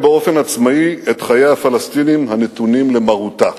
באופן עצמאי את חיי הפלסטינים הנתונים למרותה.